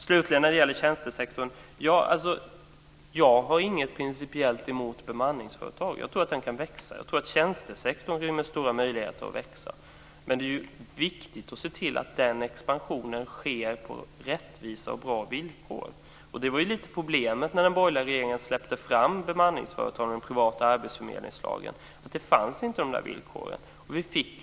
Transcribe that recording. Slutligen om tjänstesektorn: Jag har ingenting principiellt emot bemanningsföretag. Jag tror att de kan växa. Jag tror att tjänstesektorn rymmer stora möjligheter att växa. Det är viktigt att se till att den expansionen sker på rättvisa och bra villkor. Det var lite av problemet när den borgerliga regeringen släppte fram bemanningsföretagen och privata arbetsförmedlingar att de här villkoren inte fanns.